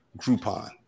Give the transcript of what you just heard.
Groupon